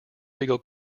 legal